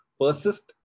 persist